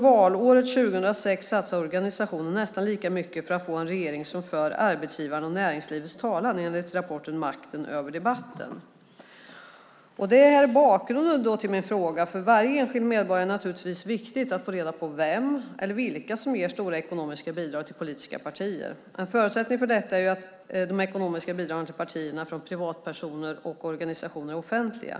Valåret 2006 satsade organisationen nästan lika mycket för att få en regering som för arbetsgivarnas och näringslivets talan - detta enligt rapporten Makten över debatten . Detta är bakgrunden till min interpellation. För varje enskild medborgare är det naturligtvis viktigt att få reda på vem eller vilka som ger stora ekonomiska bidrag till politiska partier. En förutsättning för detta är att ekonomiska bidrag från privatpersoner och organisationer till partierna är offentliga.